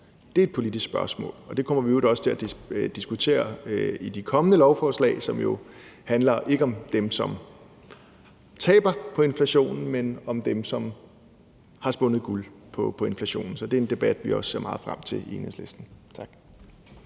er et politisk spørgsmål, og det kommer vi i øvrigt også til at diskutere i forbindelse med de kommende lovforslag, som jo ikke handler om dem, som taber på inflationen, men om dem, som har spundet guld på inflationen. Så det er en debat, vi også ser meget frem til i Enhedslisten. Tak.